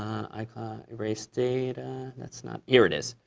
erase data that's not here it is.